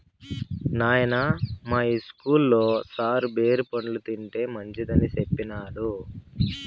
నాయనా, మా ఇస్కూల్లో సారు బేరి పండ్లు తింటే మంచిదని సెప్పినాడు